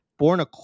Borna